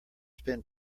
spend